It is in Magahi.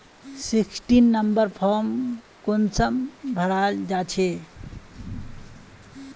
सिक्सटीन नंबर फारम कुंसम भराल जाछे?